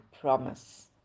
promise